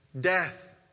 death